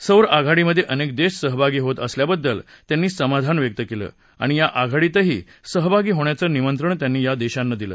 सौर आघाडीमध्ये अनेक देश सहभागी होत असल्याबद्दल त्यांनी समाधान व्यक्त केलं आणि या आघाडीतही सहभागी होण्याचं निमंत्रण त्यांनी या देशांना दिलं